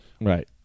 Right